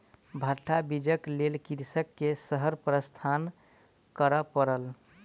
भट्टा बीजक लेल कृषक के शहर प्रस्थान करअ पड़ल